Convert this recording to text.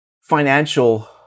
financial